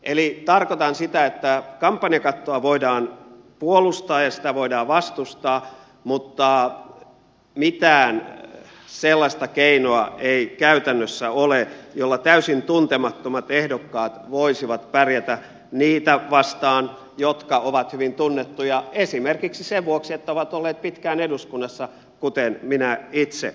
eli tarkoitan sitä että kampanjakattoa voidaan puolustaa ja sitä voidaan vastustaa mutta mitään sellaista keinoa ei käytännössä ole jolla täysin tuntemattomat ehdokkaat voisivat pärjätä niitä vastaan jotka ovat hyvin tunnettuja esimerkiksi sen vuoksi että ovat olleet pitkään eduskunnassa kuten minä itse